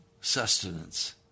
sustenance